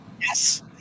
Yes